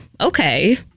Okay